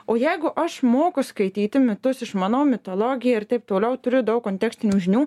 o jeigu aš moku skaityti mitus išmanau mitologiją ir taip toliau turiu daug kontekstinių žinių